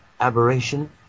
aberration